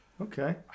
Okay